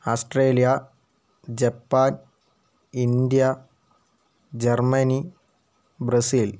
Australia Japan India Germany Brazil